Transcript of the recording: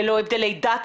ללא הבדל דת,